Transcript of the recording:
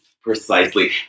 precisely